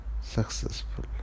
successful